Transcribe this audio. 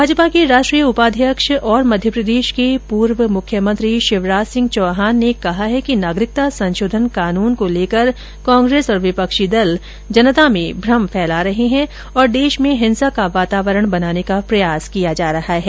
भाजपा के राष्ट्रीय उपाध्यक्ष और मध्यप्रदेश के पूर्व मुख्यमंत्री शिवराज सिंह चौहान ने कहा है कि नागरिकता संशोधन कानून को लेकर कांग्रेस और विपक्षी दल जनता में भ्रम फैला रहे है और देश में हिंसा का वातावरण बनाने का प्रयास किया जा रहा है